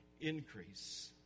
increase